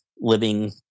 living